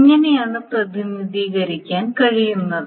ഇങ്ങനെയാണ് പ്രതിനിധീകരിക്കാൻ കഴിയുനത്